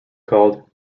called